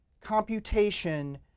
computation